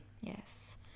Yes